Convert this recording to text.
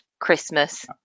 christmas